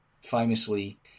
famously